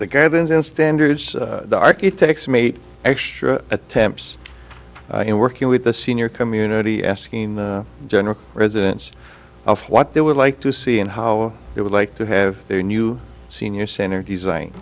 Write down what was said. the gardens in standards the architects made extra attempts in working with the senior community asking general residents of what they would like to see and how they would like to have their new senior center design